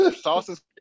sauces